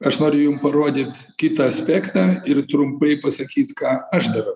aš noriu jum parodyt kitą aspektą ir trumpai pasakyt ką aš darau